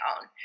own